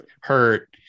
hurt